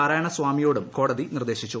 നാരായണ സ്വാമിയോടും കോടതി നിർദ്ദേശിച്ചു